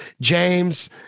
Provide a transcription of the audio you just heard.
james